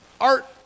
art